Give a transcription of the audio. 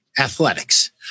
athletics